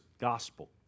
gospel